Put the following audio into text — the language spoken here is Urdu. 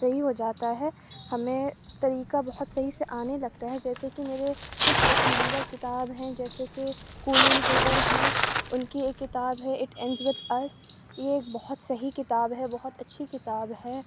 صحیح ہو جاتا ہے ہمیں طریقہ بہت صحیح سے آنے لگتا ہے جیسے کہ میرے کچھ پسندیدہ کتاب ہیں جیسے کہ کولن ہوبر ہے ان کی ایک کتاب ہے اٹ اینجرٹ ایس یہ ایک بہت صحیح کتاب ہے اور بہت اچھی کتاب ہے